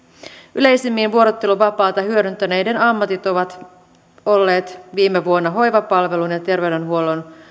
yleisimmin vuorotteluvapaata hyödyntäneet ovat ammatiltaan olleet viime vuonna hoivapalvelun ja terveydenhuollon